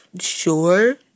sure